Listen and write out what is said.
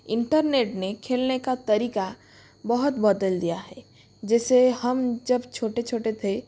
internet ने खेलने का तरीका बहुत बदल दिया है जैसे हम जब छोटे छोटे थे